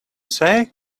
say